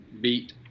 beat